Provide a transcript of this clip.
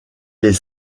les